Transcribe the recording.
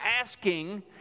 asking